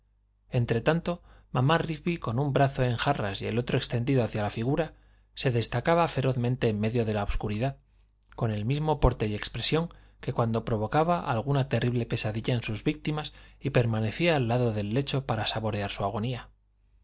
opuesto entretanto mamá rigby con un brazo en jarras y el otro extendido hacia la figura se destacaba ferozmente en medio de la obscuridad con el mismo porte y expresión que cuando provocaba alguna terrible pesadilla en sus víctimas y permanecía al lado del lecho para saborear su agonía